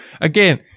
again